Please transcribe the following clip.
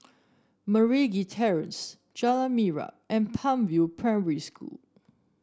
Meragi Terrace Jalan Minyak and Palm View Primary School